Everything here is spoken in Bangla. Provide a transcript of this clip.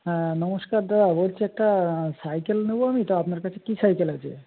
হ্যাঁ নমস্কার দাদা বলছি একটা সাইকেল নেবো আমি তা আপনার কাছে কী সাইকেল আছে